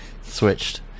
switched